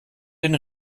den